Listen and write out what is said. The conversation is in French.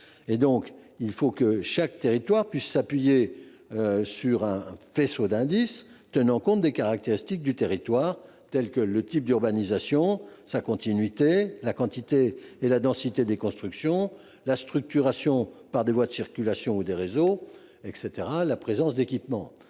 Chaque territoire doit pouvoir s’appuyer sur un faisceau d’indices tenant compte de caractéristiques spécifiques, telles que le type d’urbanisation, sa continuité, la quantité et la densité des constructions, la structuration par des voies de circulation ou par des réseaux ou encore la présence d’équipements.